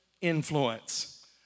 influence